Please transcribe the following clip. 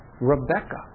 Rebecca